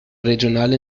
regionale